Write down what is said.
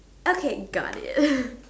okay got it